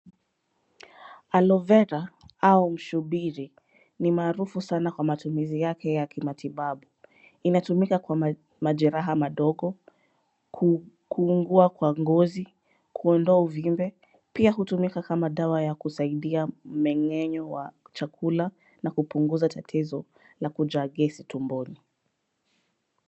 Alo vera au mshubiri ni maarufu sana kwa matumizi yake ya kimatibabu. Inatumika kwa ma kwa majeraha madogo, kuungua kwa ngozi, kuondoa uvimbe. Pia, hutumika kama dawa ya kusaidia mumeng'enyo wa chakula na kupunguza tatizo la kujaa gesi tumboni.